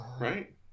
Right